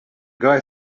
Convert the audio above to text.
guy